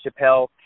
Chappelle